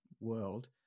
world